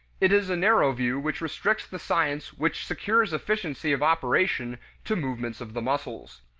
it is a narrow view which restricts the science which secures efficiency of operation to movements of the muscles.